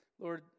Lord